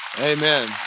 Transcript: Amen